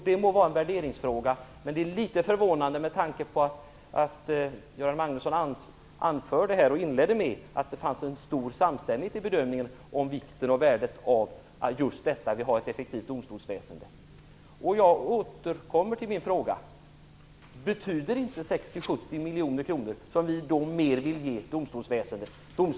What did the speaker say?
Detta må vara en värderingsfråga, men socialdemokraternas ståndpunkt är litet förvånande med tanke på att Göran Magnusson inledde med att säga att det fanns en stor samstämmighet i bedömningen av värdet av att vi har ett effektivt domstolsväsende. Jag återkommer till min fråga: Det är 60-70 miljoner kronor mer som vi vill ge domstolarna.